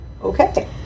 Okay